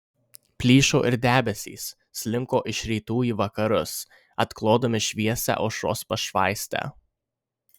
plyšo ir debesys slinko iš rytų į vakarus atklodami šviesią aušros pašvaistę